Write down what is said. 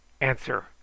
Answer